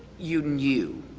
you knew.